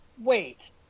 wait